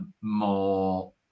more